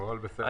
הכול בסדר.